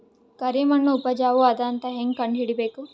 ಕರಿಮಣ್ಣು ಉಪಜಾವು ಅದ ಅಂತ ಹೇಂಗ ಕಂಡುಹಿಡಿಬೇಕು?